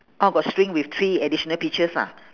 oh got string with three additional peaches ah